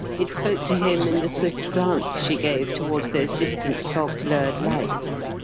it spoke to him in the swift glance she gave toward those distant, fog-blurred lights,